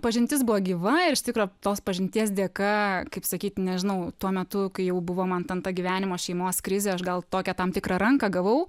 pažintis buvo gyva ir iš tikro tos pažinties dėka kaip sakyt nežinau tuo metu kai jau buvo man ten ta gyvenimo šeimos krizė aš gal tokią tam tikrą ranką gavau